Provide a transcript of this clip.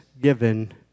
given